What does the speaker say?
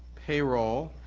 payroll,